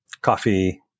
coffee